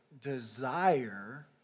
desire